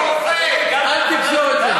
אל תקשור את זה.